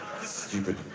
Stupid